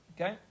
okay